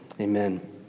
Amen